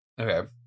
Okay